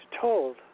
told